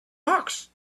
hawks